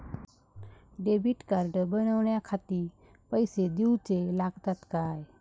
Debit card बनवण्याखाती पैसे दिऊचे लागतात काय?